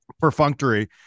perfunctory